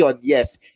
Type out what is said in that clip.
yes